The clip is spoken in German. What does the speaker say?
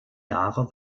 jahre